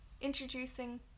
Introducing